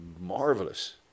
Marvelous